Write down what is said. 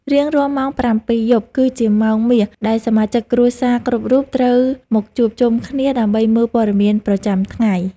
រៀងរាល់ម៉ោងប្រាំពីរយប់ គឺជាម៉ោងមាសដែលសមាជិកគ្រួសារគ្រប់រូបត្រូវមកជួបជុំគ្នាដើម្បីមើលព័ត៌មានប្រចាំថ្ងៃ។